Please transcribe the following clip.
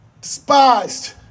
Despised